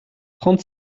trente